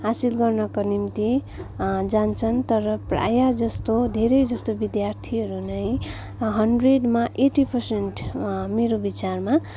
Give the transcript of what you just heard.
हासिल गर्नको निम्ति जान्छन् तर प्रायः जस्तो धेरै जस्तो विद्यार्थीहरू नै हन्ड्रेडमा एटी पर्सेन्ट मेरो विचारमा